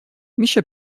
میشه